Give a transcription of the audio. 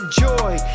joy